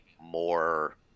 more